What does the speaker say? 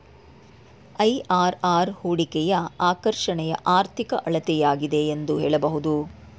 IRR ಹೂಡಿಕೆಯ ಆಕರ್ಷಣೆಯ ಆರ್ಥಿಕ ಅಳತೆಯಾಗಿದೆ ಎಂದು ಹೇಳಬಹುದು